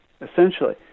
essentially